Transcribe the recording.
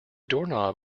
doorknob